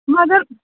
مگر